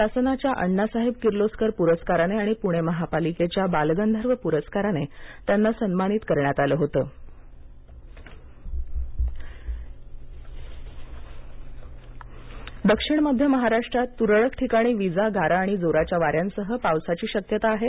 शासनाच्या अण्णासाहेब किर्लोस्कर प्रस्काराने आणि प्णे महापालिकेच्या बालगंधर्व प्रस्काराने त्यांना सन्मानित करण्यात आलं होतं हवामान दक्षिण मध्य महाराष्ट्रात तुरळक ठिकाणी वीजागारा आणि जोराच्या वाऱ्यांसह पावसाची शक्यता आहे